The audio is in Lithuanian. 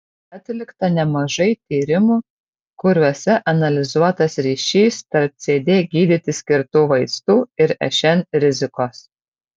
atlikta nemažai tyrimų kuriuose analizuotas ryšys tarp cd gydyti skirtų vaistų ir šn rizikos